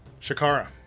Shakara